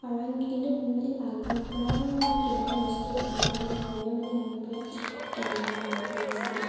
কাৰণ কিন্তু মানে পাকঘৰৰ পৰাও কিবা এটা বস্তু আনি খাবৰ মানে এলাহ অনুভৱ কৰিছিল